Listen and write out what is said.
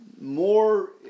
more